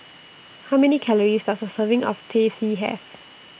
How Many Calories Does A Serving of Teh C Have